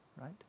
right